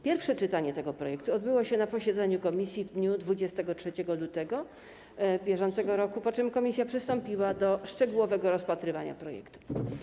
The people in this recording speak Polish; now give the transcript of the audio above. Pierwsze czytanie tego projektu odbyło się na posiedzeniu komisji w dniu 23 lutego br., po czym komisja przystąpiła do szczegółowego rozpatrywania projektu.